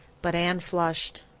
but anne flushed.